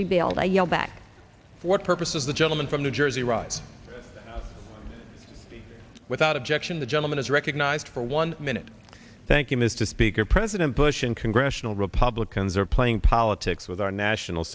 rebuild i yell back what purpose is the gentleman from new jersey rise without objection the gentleman is recognized for one minute thank you mr speaker president bush and congressional republicans are playing politics with our national